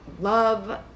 love